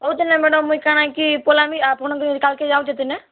ହଉ ତାହେଲେ ମ୍ୟାଡ଼ମ୍ ମୁଇଁ କା'ଣାକି ପଲାମି ଆପଣ୍କେ କାଏଲ୍କେ ଯାଉଛେଁ ତିନେ